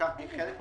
לקחתי חלק בזה.